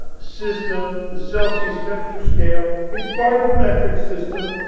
system, the celsius temperature scale, it's part of the metric system.